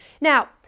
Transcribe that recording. now